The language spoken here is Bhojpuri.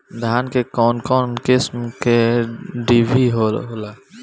धान में कउन कउन किस्म के डिभी होला?